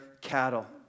cattle